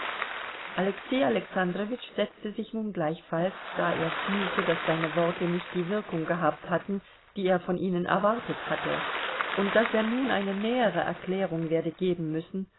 alexei alexandrowitsch setzte sich nun gleichfalls da er fühlte daß seine worte nicht die wirkung gehabt hatten die er von ihnen erwartet hatte und daß er nun eine nähere erklärung werde geben müssen